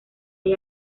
hay